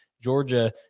Georgia